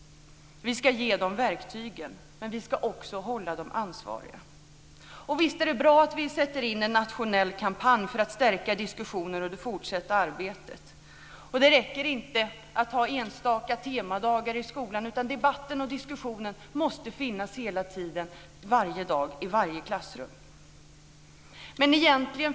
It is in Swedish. Vi ska ge dem verktygen, men vi ska också hålla dem ansvariga. Visst är det bra att vi sätter in en nationell kampanj för att stärka diskussioner och det fortsatta arbetet. Det räcker inte med enstaka temadagar i skolan. Debatten och diskussionen måste föras hela tiden, varje dag i varje klassrum. Fru talman!